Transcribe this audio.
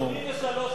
83 בשנה.